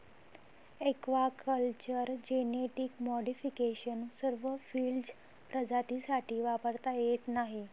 aquaculture genetic modification सर्व field प्रजातींसाठी वापरता येत नाही